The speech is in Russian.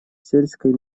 сельской